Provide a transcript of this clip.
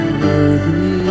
worthy